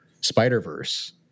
Spider-Verse